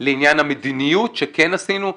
לעניין המדיניות שכן עשינו,